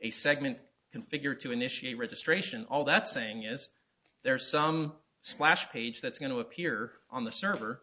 a segment configured to initiate registration all that's saying is there some splash page that's going to appear on the server